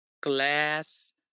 glass